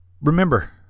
remember